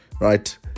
right